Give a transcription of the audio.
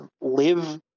live